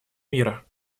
мира